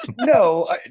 No